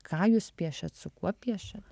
ką jūs piešiat su kuo piešia